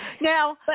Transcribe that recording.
now